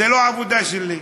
זה לא העבודה שלי.